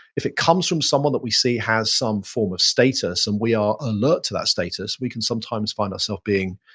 if it comes from someone that we see has some form of status and we are alert to that status, we can sometimes find ourself being,